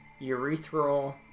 urethral